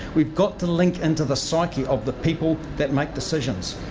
we've got to link into the psyche of the people that make decisions.